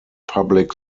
public